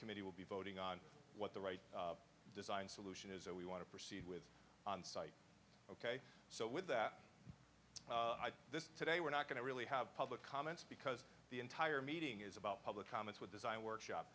committee will be voting on what the right design solution is and we want to proceed with on site ok so with that this today we're not going to really have public comments because the entire meeting is about public comments with design workshop